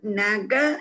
naga